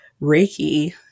Reiki